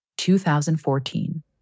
2014